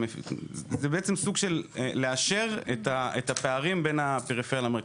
זה בעצם סוג של לאשר את הפערים בין הפריפריה למרכז.